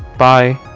bye!